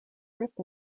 fripp